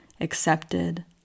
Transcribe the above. accepted